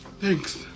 Thanks